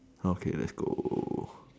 okay let's go